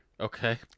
Okay